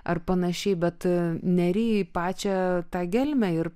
ar panašiai bet neri į pačią tą gelmę ir